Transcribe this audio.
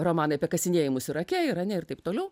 romanai apie kasinėjimus irake irane ir taip toliau